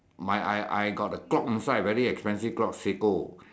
my I I I I got a clock inside very expensive clock Seiko